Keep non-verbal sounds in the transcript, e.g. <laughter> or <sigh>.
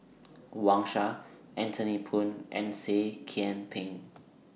<noise> Wang Sha Anthony Poon and Seah Kian Peng